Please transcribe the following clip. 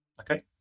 Okay